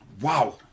Wow